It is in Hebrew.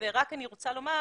ואני שמחה לשמוע